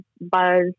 buzz